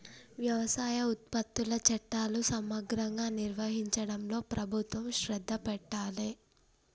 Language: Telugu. వ్యవసాయ ఉత్పత్తుల చట్టాలు సమగ్రంగా నిర్వహించడంలో ప్రభుత్వం శ్రద్ధ పెట్టాలె